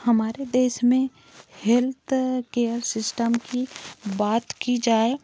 हमारे देश में हेल्थकेयर सिस्टम की बात की जाए